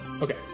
Okay